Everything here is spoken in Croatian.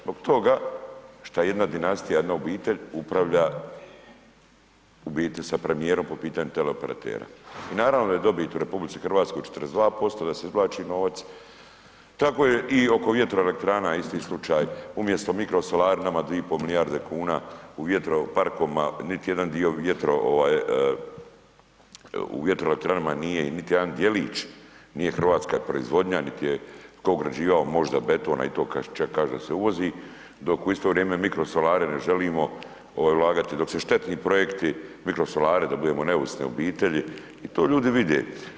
Zbog toga šta jedna dinastija, jedna obitelj uprava u biti s premijerom po teleoperatera i naravno da je dobit u RH 42%, da se izvlači novac tako je i oko vjetroelektrana isti slučaj, umjesto mikro solarinama 2,5 milijarde kuna u vjetro parkovima niti jedan dio vjetro ovaj u vjetroelektranama nije niti jedan djelić nije hrvatska proizvodnja, nit je tko ugrađivao možda beton, a i to kaže se uvozi, dok u isto vrijeme mikrosolare ne želimo ovaj ulagati, dok se štetni projekti mikrosolari da budemo neovisne obitelji i to ljudi vide.